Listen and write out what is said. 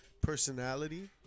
personality